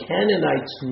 Canaanites